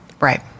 right